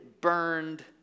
burned